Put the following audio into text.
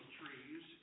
trees